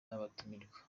n’abatumirwa